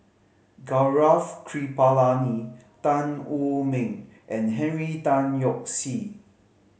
Gaurav Kripalani Tan Wu Ming and Henry Tan Yoke See